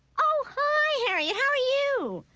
oh, hi harry, how are you?